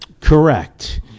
Correct